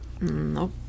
Nope